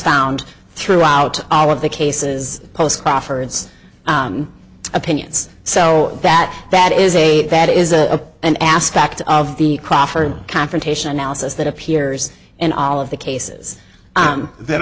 found throughout all of the cases post crawford's opinions so that that is a that is a an aspect of the crawford confrontation analysis that appears in all of the cases that